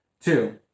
Two